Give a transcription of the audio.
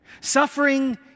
Suffering